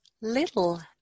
little